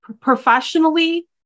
professionally